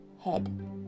head